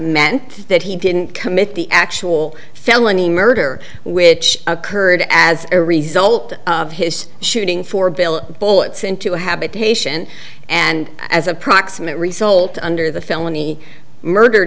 meant that he didn't commit the actual felony murder which occurred as a result of his shooting for bill bullets into a habitation and as approximate result under the felony murder